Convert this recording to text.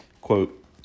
Quote